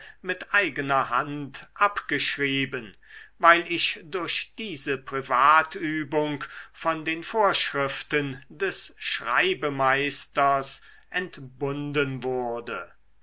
mit eigener hand abgeschrieben weil ich durch diese privatübung von den vorschriften des schreibemeisters entbunden wurde